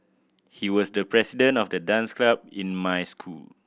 he was the president of the dance club in my school